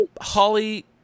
Holly